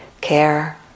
care